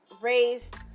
raised